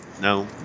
no